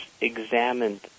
examined